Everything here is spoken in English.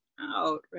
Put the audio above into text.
out